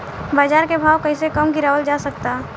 बाज़ार के भाव कैसे कम गीरावल जा सकता?